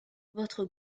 votre